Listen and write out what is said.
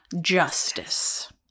justice